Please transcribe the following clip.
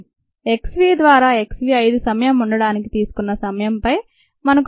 303kdxv0xv x v ద్వారా x v 5 సమయం ఉండటానికి తీసుకున్న సమయంపై మనకు సమాచారం ఉంది